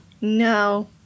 No